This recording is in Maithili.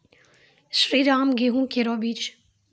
श्रीराम गेहूँ केरो बीज?